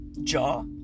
jaw